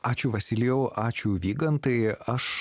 ačiū vasilijau ačiū vygantai aš